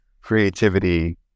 creativity